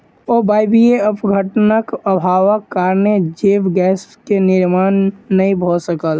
अवायवीय अपघटनक अभावक कारणेँ जैव गैस के निर्माण नै भअ सकल